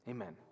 Amen